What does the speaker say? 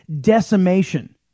decimation